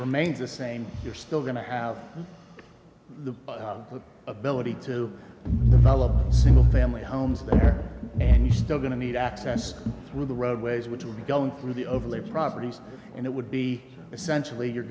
remains the same you're still going to have the ability to the relevant single family homes and he's still going to need access through the roadways which will be going through the overlay properties and it would be essentially you're